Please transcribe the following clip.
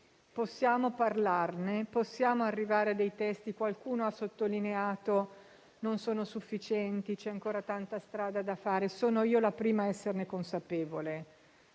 possiamo parlarne, possiamo arrivare a dei testi; qualcuno ha sottolineato che non sono sufficienti, che c'è ancora tanta strada da fare: sono io la prima a esserne consapevole,